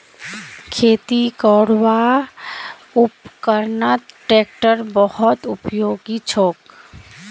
खेती करवार उपकरनत ट्रेक्टर बहुत उपयोगी छोक